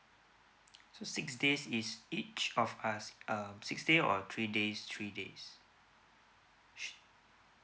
so six days is each of us uh six days or three days three days sur~